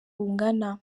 bungana